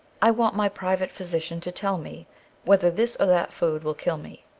i want my private physician to tell me whether this or that food will kill me.